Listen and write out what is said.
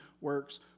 works